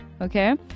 okay